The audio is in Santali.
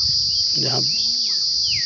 ᱡᱟᱦᱟᱸ